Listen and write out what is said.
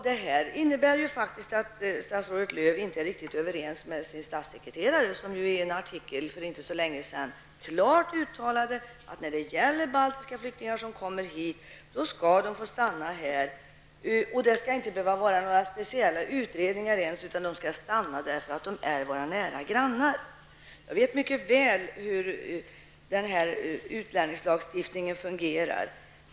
Det här innebär faktiskt att statsrådet Lööw inte är riktigt överens med sin statssekreterare, som i en artikel för inte så länge sedan klart uttalade att baltiska flyktingar som kommer till Sverige skall få stanna. Statssekreteraren uttalade också att det inte ens skall behöva göras några speciella utredningar utan att de skall få stanna därför att de är våra nära grannar. Jag vet mycket väl hur utlänningslagstiftningen fungerar.